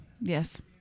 Yes